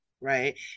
right